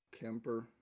Kemper